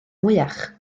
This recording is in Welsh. mwyach